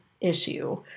issue